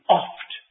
oft